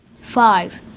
five